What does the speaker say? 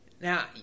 Now